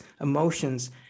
emotions